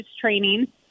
training